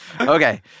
Okay